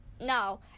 no